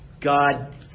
God